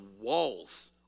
walls